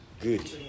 good